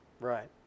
Right